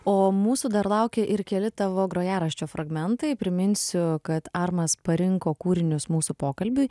o mūsų dar laukia ir keli tavo grojaraščio fragmentai priminsiu kad armas parinko kūrinius mūsų pokalbiui